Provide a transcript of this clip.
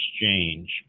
exchange